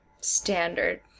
standard